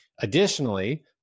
additionally